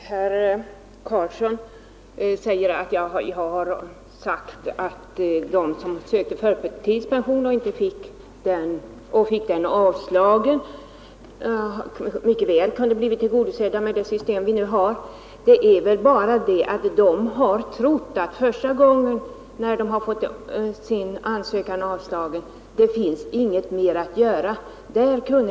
Fru talman! Herr Karlsson i Ronneby påstår att jag sagt att de som får en ansökan om förtidspension avslagen mycket väl kunde bli tillgodosedda inom det system som vi nu har. Ja, det är bara det att de ofta har trott att det inte kan göras något ytterligare sedan de första gången fått avslag.